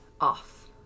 off